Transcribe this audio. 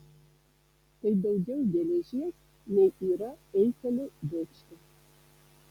tai daugiau geležies nei yra eifelio bokšte